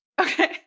Okay